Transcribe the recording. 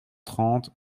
trente